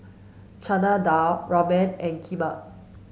Chana Dal Ramen and Kheema